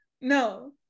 No